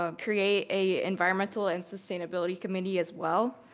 ah create a environmental and sustainability committee as well.